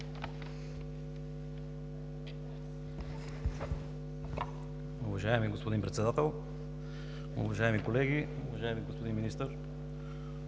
Уважаеми господин Председател, уважаеми колеги, уважаеми господин Министър!